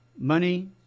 Money